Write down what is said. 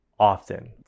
often